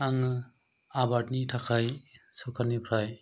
आङो आबादनि थाखाय सरकारनिफ्राय